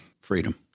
Freedom